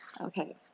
Okay